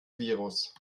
virus